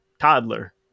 toddler